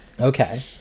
okay